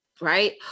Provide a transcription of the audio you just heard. right